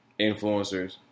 influencers